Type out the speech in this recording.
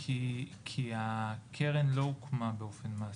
כי הקרן לא הוקמה באופן מעשי.